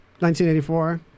1984